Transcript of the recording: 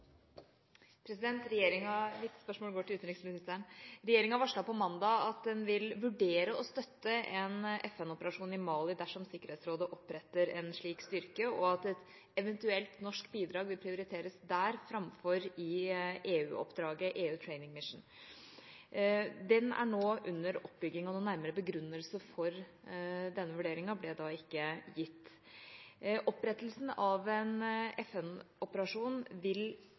støtte en FN-operasjon i Mali dersom Sikkerhetsrådet oppretter en slik styrke, og at et eventuelt norsk bidrag vil prioriteres der framfor i EU-oppdraget EU Training Mission. Den er nå under oppbygging, og noen nærmere begrunnelse for denne vurderinga ble ikke gitt. Opprettelsen av en FN-operasjon vil